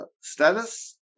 status